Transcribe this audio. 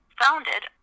founded